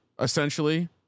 essentially